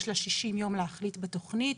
יש לה 60 יום להחליט בתכנית.